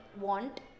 want